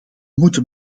moeten